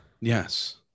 Yes